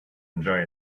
enjoy